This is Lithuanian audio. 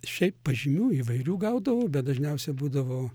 šiaip pažymių įvairių gaudavau bet dažniausia būdavo